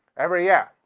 every year